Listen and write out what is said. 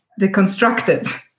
deconstructed